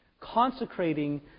consecrating